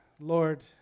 Lord